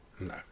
No